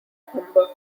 humber